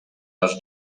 les